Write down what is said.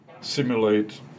simulate